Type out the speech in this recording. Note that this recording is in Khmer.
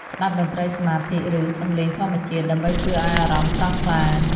ស្ដាប់តន្ត្រីសមាធិ ឬសំឡេងធម្មជាតិ ដើម្បីជួយឱ្យអារម្មណ៍ស្រស់ថ្លា។